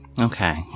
Okay